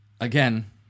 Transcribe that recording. Again